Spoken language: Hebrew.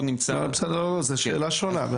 זאת שאלה שונה.